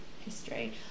history